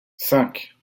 cinq